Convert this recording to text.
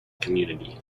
community